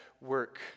work